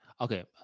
Okay